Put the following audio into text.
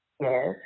Yes